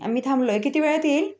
आम्ही थांबलो आहे किती वेळात येईल